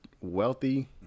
wealthy